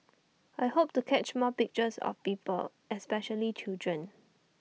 I hope to catch more pictures of people especially children